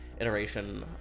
iteration